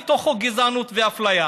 היו גם בתוכו גזענות ואפליה.